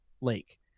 lake